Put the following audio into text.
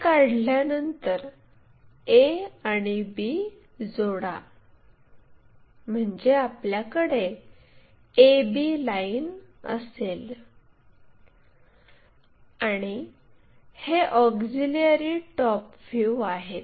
हे काढल्यानंतर a आणि b जोडा म्हणजे आपल्याकडे a b लाईन असेल आणि हे ऑक्झिलिअरी टॉप व्ह्यू आहे